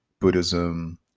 Buddhism